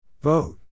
Vote